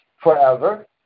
forever